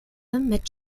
mit